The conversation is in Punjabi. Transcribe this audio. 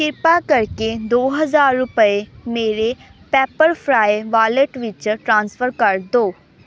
ਕਿਰਪਾ ਕਰਕੇ ਦੋ ਹਜ਼ਾਰ ਰੁਪਏ ਮੇਰੇ ਪੈੱਪਰਫ੍ਰਾਈ ਵਾਲੇਟ ਵਿੱਚ ਟ੍ਰਾਂਸਫਰ ਕਰ ਦਿਉ